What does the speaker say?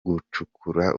gukurura